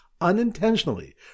unintentionally